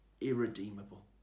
irredeemable